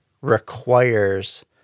requires